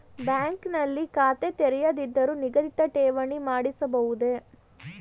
Bank ನಲ್ಲಿ ಖಾತೆ ತೆರೆಯದಿದ್ದರೂ ನಿಗದಿತ ಠೇವಣಿ ಮಾಡಿಸಬಹುದೇ?